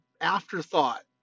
afterthought